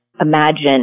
imagine